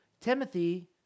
Timothy